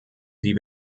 die